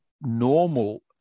normal